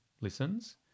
listens